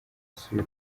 asuye